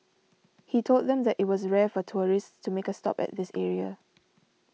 he told them that it was rare for tourists to make a stop at this area